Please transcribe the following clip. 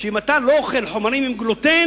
אם אתה לא אוכל חומרים עם גלוטן,